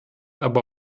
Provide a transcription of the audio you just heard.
aber